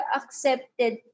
accepted